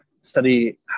study